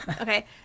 Okay